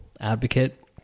advocate